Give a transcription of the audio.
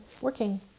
working